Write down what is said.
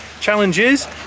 challenges